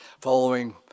following